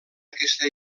aquesta